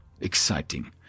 exciting